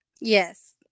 Yes